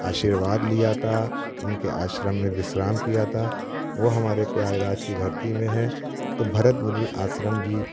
आशीर्वाद लिया था उनके आश्रम में विश्राम किया था वह हमारे प्रयागराज की धरती में है तो भरतमुनी आश्रम जी